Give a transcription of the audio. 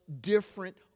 different